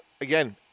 again